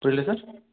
புரியல சார்